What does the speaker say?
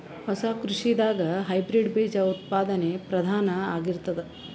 ಹೊಸ ಕೃಷಿದಾಗ ಹೈಬ್ರಿಡ್ ಬೀಜ ಉತ್ಪಾದನೆ ಪ್ರಧಾನ ಆಗಿರತದ